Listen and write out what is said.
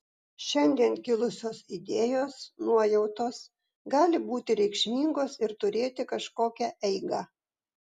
šiandien kilusios idėjos nuojautos gali būti reikšmingos ir turėti kažkokią eigą